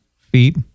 feet